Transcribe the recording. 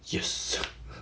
yes